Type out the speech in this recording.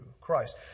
Christ